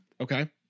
Okay